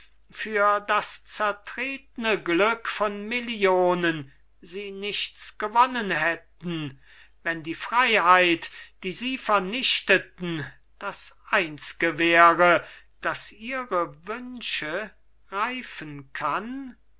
für das zertretne glück von millionen sie nichts gewonnen hätten wenn die freiheit die sie vernichteten das einzge wäre das ihre wünsche reifen kann